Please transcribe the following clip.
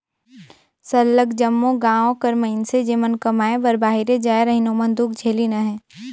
सरलग जम्मो गाँव कर मइनसे जेमन कमाए बर बाहिरे जाए रहिन ओमन दुख झेलिन अहें